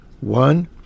one